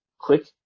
click